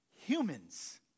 humans